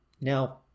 Now